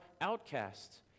outcasts